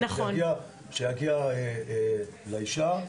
שיגיע לאישה.